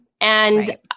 And-